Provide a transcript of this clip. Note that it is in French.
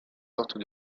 sortent